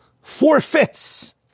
forfeits